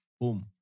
Boom